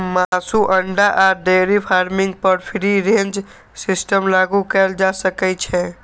मासु, अंडा आ डेयरी फार्मिंग पर फ्री रेंज सिस्टम लागू कैल जा सकै छै